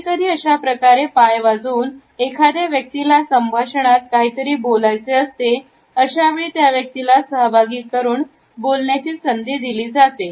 कधीकधी अशाप्रकारे फाय वाजवून एखाद्या व्यक्तीला त्या संभाषणात काहीतरी बोलायचे असते अशावेळी त्या व्यक्तीला सहभागी करून बोलण्याची संधी दिली जाते